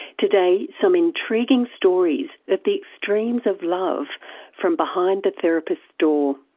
today, some intriguing stories of the extremes of love from behind the therapist's door.